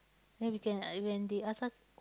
then we can uh when they ask us